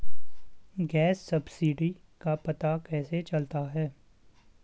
Gas subsidy का पता कैसे चलता है?